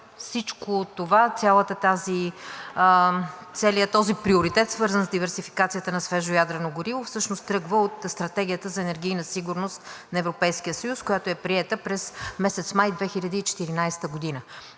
всичко това, целият този приоритет, свързан с диверсификацията на свежо ядрено гориво, всъщност тръгва от Стратегията за енергийна сигурност на Европейския съюз, която е приета през месец май 2014 г.